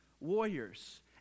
warriors